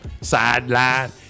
sideline